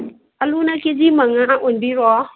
ꯑꯥꯂꯨꯅ K G ꯃꯉꯥ ꯑꯣꯟꯕꯤꯔꯣ